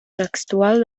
textual